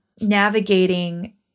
navigating